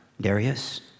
Darius